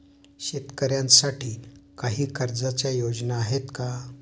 शेतकऱ्यांसाठी काही कर्जाच्या योजना आहेत का?